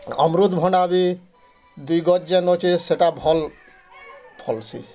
ଅମୃତଭଣ୍ଡା ବି ଗଛ୍ ଜନ୍ ଅଛି ସେଇଟା ଭଲ୍ ଫଲ୍ସି